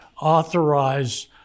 authorize